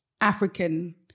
African